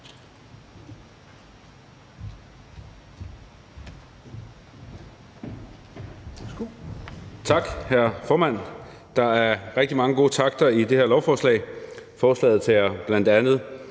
Tak, hr. formand. Der er rigtig mange gode takter i det her lovforslag. Forslaget tager bl.a.